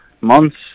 months